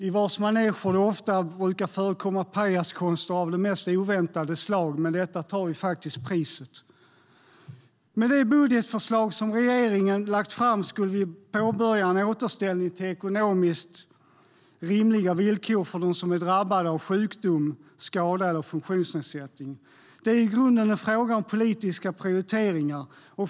I cirkusars maneger brukar det ofta förekomma pajaskonster av de mest oväntade slag, men detta tar faktiskt priset. Med det budgetförslag som regeringen lagt fram skulle vi påbörja en återställning till ekonomiskt rimliga villkor för dem som är drabbade av sjukdom, skada eller funktionsnedsättning. Det är i grunden en fråga om politiska prioriteringar.